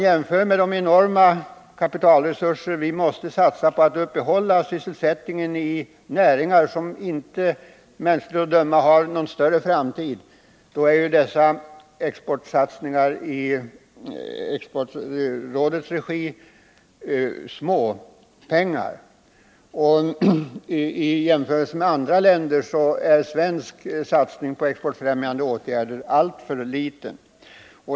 Jämfört med de enorma kapitalresurser som vi måste satsa för att uppehålla sysselsättningen inom näringar som mänskligt att döma inte har några större utvecklingsmöjligheter inom överskådlig framtid måste satsningarna i Exportrådets regi sägas handla om små belopp och betraktas som mycket viktiga för framtiden. I jämförelse med andra länders satsning är den svenska satsningen på exportfrämjande åtgärder alltför liten.